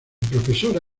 profesora